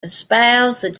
espoused